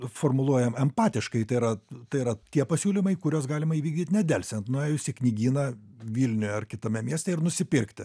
formuluojam empatiškai tai yra tai yra tie pasiūlymai kuriuos galima įvykdyt nedelsiant nuėjus į knygyną vilniuje ar kitame mieste ir nusipirkti